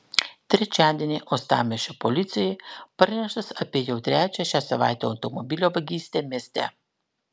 trečiadienį uostamiesčio policijai praneštas apie jau trečią šią savaitę automobilio vagystę mieste